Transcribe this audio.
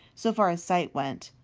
so far as sight went.